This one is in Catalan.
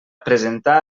presentar